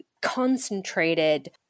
concentrated